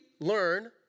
learn